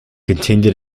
continue